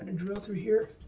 drill through here.